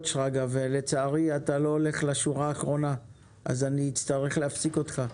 לצערי אתה לא הולך לשורה האחרונה ואני אצטרך להפסיק אותך.